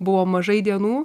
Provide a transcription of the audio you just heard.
buvo mažai dienų